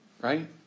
right